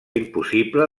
impossible